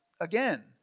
again